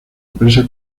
empresa